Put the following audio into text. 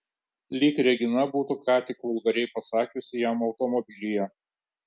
lyg regina būtų ką tik vulgariai pasakiusi jam automobilyje